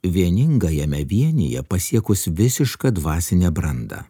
vieninga jame vienija pasiekus visišką dvasinę brandą